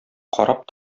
карап